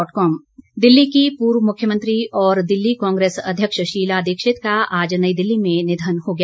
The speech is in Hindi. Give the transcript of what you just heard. निधन दिल्ली की पूर्व मुख्यमंत्री और दिल्ली कांग्रेस अध्यक्ष शीला दीक्षित का आज नई दिल्ली में निधन हो गया